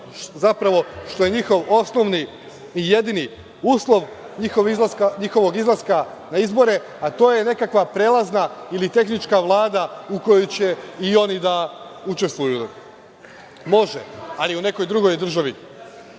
ono što je njihov osnovni i jedini uslov, njihovog izlaska na izbore, a to je nekakva prelazna ili tehnička vlada u kojoj će i oni da učestvuju. Može, ali u nekoj drugoj